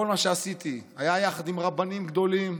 כל מה שעשיתי היה יחד עם רבנים גדולים,